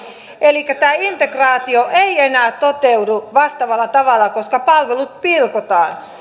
elikkä tämä integraatio ei enää toteudu vastaavalla tavalla koska palvelut pilkotaan